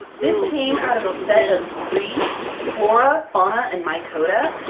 this came out of a set of three flora, fauna, and mycota,